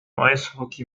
eishockey